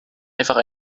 einfach